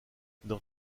dans